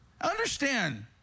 understand